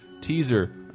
teaser